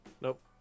Nope